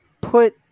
put